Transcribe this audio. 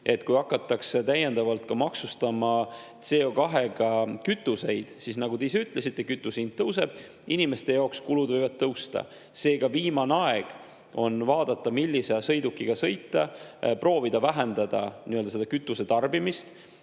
et hakatakse täiendavalt maksustama CO2-ga kütuseid –, siis nagu te ise ütlesite, kütuse hind tõuseb, inimeste jaoks võivad kulud tõusta. Seega, viimane aeg on vaadata üle, millise sõidukiga sõita, ja proovida vähendada kütuse tarbimist.